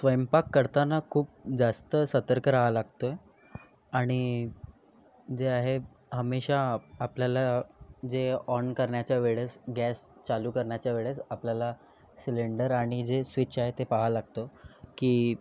स्वयंपाक करताना खूप जास्त सतर्क राहावं लागतो आणि जे आहे हमेशा आपल्याला जे ऑन करण्याच्या वेळेस गॅस चालू करण्याच्या वेळेस आपल्याला सिलेंडर आणि जे स्वीच आहे ते पाहावं लागतं की